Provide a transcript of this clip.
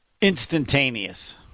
instantaneous